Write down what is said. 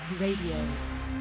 Radio